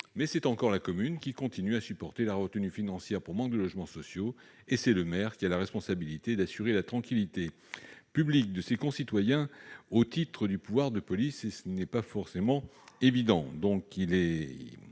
Or c'est encore la commune qui supporte la retenue financière pour manque de logements sociaux, et c'est le maire qui a la responsabilité d'assurer la tranquillité publique de ses concitoyens au titre du pouvoir de police. Le maire est en